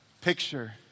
picture